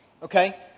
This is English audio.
Okay